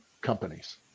companies